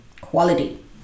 quality